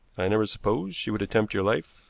i never supposed she would attempt your life,